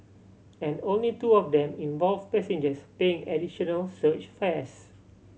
and only two of them involve passengers paying additional surge fares